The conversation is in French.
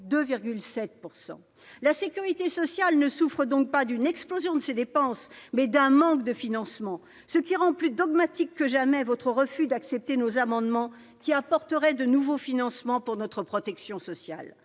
2,7 %. La sécurité sociale ne souffre donc pas d'une explosion de ses dépenses, mais d'un manque de financement. Cela rend plus dogmatique que jamais votre refus d'accepter nos amendements qui apporteraient de nouveaux financements pour notre protection sociale.